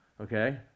Okay